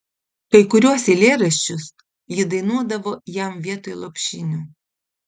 kai kuriuos eilėraščius ji dainuodavo jam vietoj lopšinių